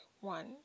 One